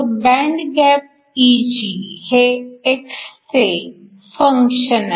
band gap Eg हे x चे function आहे